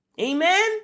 Amen